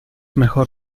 mejor